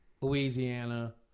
Louisiana